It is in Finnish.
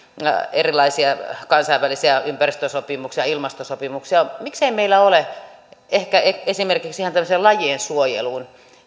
kansainvälisiä ympäristösopimuksia ilmastosopimuksia miksei meillä ole sopimusta esimerkiksi ihan tämmöiseen lajien suojeluun